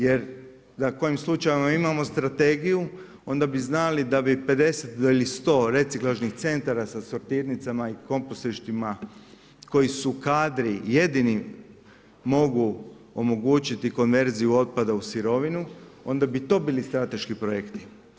Jer da kojim slučajem imamo strategiju onda bi znali da bi 50 ili 100 reciklažnih centara sa sortirnicama i kompostištima koji su kadri jedini mogu omogućiti konverziju otpada u sirovinu, onda bi to bili strateški projekti.